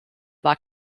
war